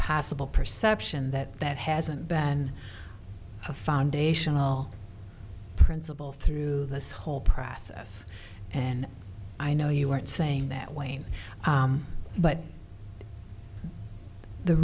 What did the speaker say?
possible perception that that hasn't been a foundational principle through this whole process and i know you aren't saying that way but the